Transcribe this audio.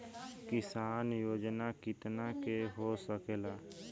किसान योजना कितना के हो सकेला?